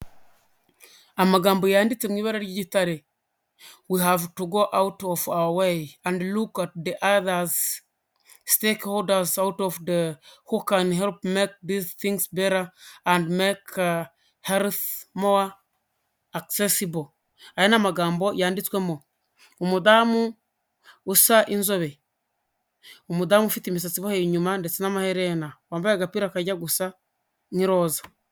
Amagambo yanditse mu ibara ry'igitare. Wihave tu go awuti of awa weyi, endi luku at de adazi. Sitekehorudazi awuti ofu de, hu cani helipu meke dizi fingizi bela, endi make helifi mowa akisesibo. Aya ni amagambo yanditswemo. Umudamu, usa inzobe. Umudamu ufite imisatsi iboheye inyuma, ndetse n'amaherena. Wambaye agapira kajya gusa n'iroza.